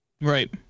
right